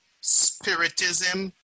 spiritism